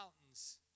mountains